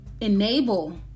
enable